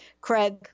Craig